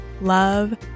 love